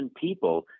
people